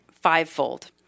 fivefold